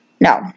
no